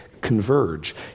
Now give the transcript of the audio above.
converge